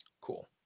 Cool